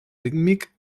rítmic